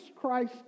Christ